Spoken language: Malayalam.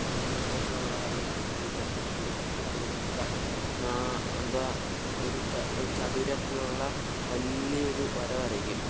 പിന്നെ അതിനു ശേഷം ഉള്ള കളിയാണ് കിളിത്തട്ട് കിളിത്തട്ട് കളി എന്ന് വെച്ചാൽ നാ എന്തുവാ ഒരു ച ഒരു ചതുരത്തിൽ ഉള്ള വലിയ ഒരു വര വരയ്ക്കും